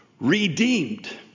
redeemed